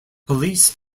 police